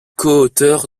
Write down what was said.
coauteur